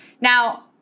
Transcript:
Now